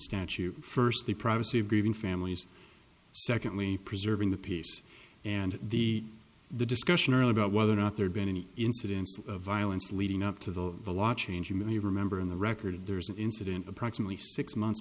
statute firstly privacy of grieving families secondly preserving the peace and the the discussion around about whether or not there been any incidents of violence leading up to the the law change you may remember in the record there was an incident approximately six months